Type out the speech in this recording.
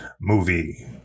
movie